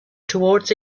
toward